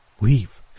Leave